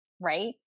right